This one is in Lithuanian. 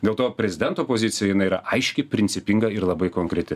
dėl to prezidento pozicija jinai yra aiški principinga ir labai konkreti